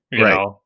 right